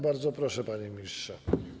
Bardzo proszę, panie ministrze.